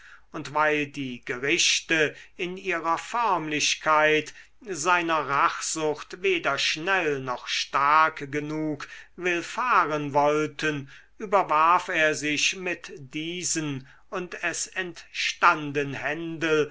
und weil die gerichte in ihrer förmlichkeit seiner rachsucht weder schnell noch stark genug willfahren wollten überwarf er sich mit diesen und es entstanden händel